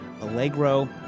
Allegro